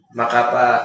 makapa